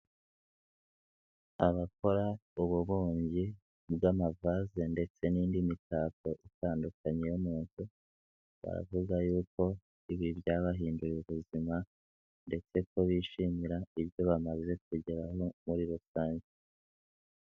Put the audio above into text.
Abakora ububumbyi bw'amabaze ndetse n'indi mitako itandukanye yo mu nzu baravuga yuko ibi byabahinduye ubuzima ndetse ko bishimira ibyo bamaze kugera muri rusange.